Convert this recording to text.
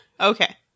Okay